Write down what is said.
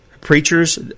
preachers